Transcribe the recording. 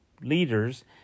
leaders